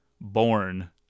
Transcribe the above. born